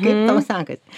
kaip tau sekasi